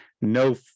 no